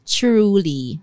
truly